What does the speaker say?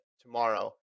tomorrow